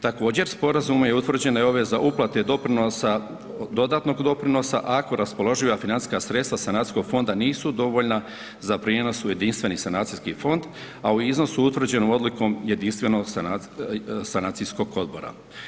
Također, Sporazumom je utvrđena obveza uplate doprinosa, dodatnog doprinosa, ako raspoloživa financijska sredstva sanacijskog fonda nisu dovoljna za prijenos u Jedinstveni sanacijski fond, a u iznosu utvrđenom odlukom Jedinstvenog sanacijskog odbora.